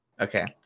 Okay